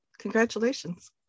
Congratulations